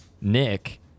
Nick